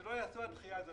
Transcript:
ושלא תהיה דחייה.